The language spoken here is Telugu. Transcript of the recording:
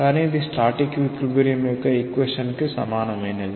కానీ ఇది స్టాటిక్ ఈక్విలిబ్రియమ్ యొక్క ఈక్వేషన్ కి సమానమైనది